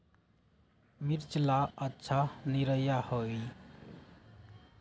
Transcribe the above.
मिर्च ला अच्छा निरैया होई?